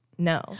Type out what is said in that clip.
No